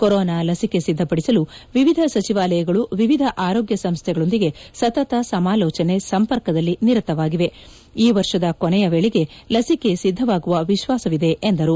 corona ಲಸಿಕೆ ಸಿದ್ಲಪಡಿಸಲು ವಿವಿಧ ಸಚಿವಾಲಯಗಳು ವಿವಿಧ ಆರೋಗ್ನ ಸಂಸ್ಲೆಗಳೊಂದಿಗೆ ಸತತ ಸಮಾಲೋಚನೆ ಸಂಪರ್ಕದಲ್ಲಿ ನಿರತವಾಗಿವೆ ಈ ವರ್ಷದ ಕೊನೆಯ ವೇಳೆಗೆ ಲಸಿಕೆ ಸಿದ್ಧವಾಗುವ ವಿತ್ತಾಸವಿದೆ ಎಂದರು